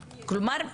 כלומר,